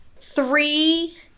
three